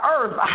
earth